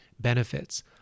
benefits